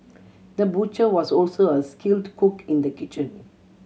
the butcher was also a skilled cook in the kitchen